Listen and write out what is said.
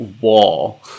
wall